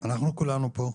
מאיה, אנחנו כולנו פה,